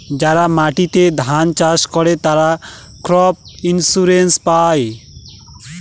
যারা মাটিতে ধান চাষ করে, তারা ক্রপ ইন্সুরেন্স পায়